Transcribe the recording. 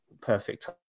perfect